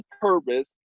purpose